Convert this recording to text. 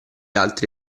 altri